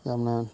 ꯌꯥꯝꯅ